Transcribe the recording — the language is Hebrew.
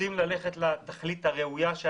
רוצים ללכת לתכלית הראויה של